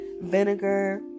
vinegar